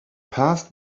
passed